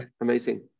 amazing